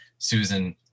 Susan